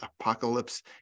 apocalypse